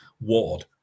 Ward